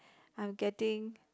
I'm getting